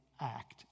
act